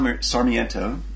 Sarmiento